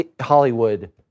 Hollywood